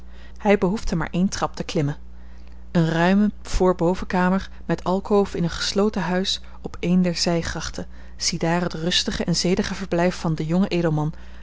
hij behoefde maar één trap te klimmen eene ruime voorbovenkamer met alkoof in een gesloten huis op eene der zijgrachten ziedaar het rustige en zedige verblijf van den jongen edelman